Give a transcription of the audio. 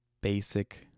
basic